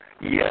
Yes